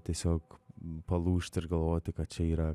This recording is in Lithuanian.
tiesiog palūžt ir galvot kad čia yra